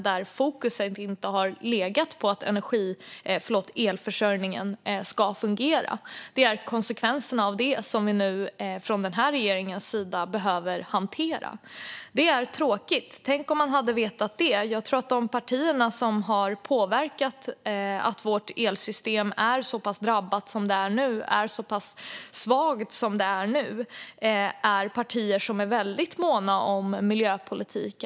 Där har fokus inte legat på att elförsörjningen ska fungera. Det är konsekvenserna av det som vi från regeringens sida nu behöver hantera. Det är tråkigt. Tänk om man hade vetat det. Jag tror att de partier som har påverkat att vårt elsystem är så pass drabbat som det är nu och är så pass svagt som det är nu är partier som är väldigt måna om miljöpolitik.